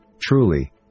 Truly